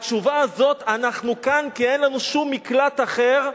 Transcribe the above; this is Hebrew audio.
התשובה הזאת, אנחנו כאן כי אין לנו שום מקלט אחר,